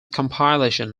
compilation